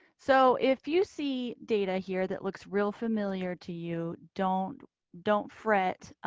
so if you see data here that looks real familiar to you. don't don't fret.